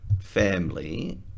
family